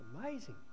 amazing